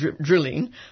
drilling